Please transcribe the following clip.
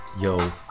yo